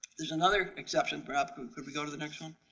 there's another exception, perhaps could we go to the next one?